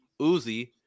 Uzi